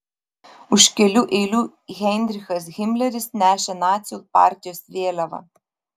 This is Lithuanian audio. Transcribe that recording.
už kelių eilių heinrichas himleris nešė nacių partijos vėliavą